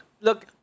look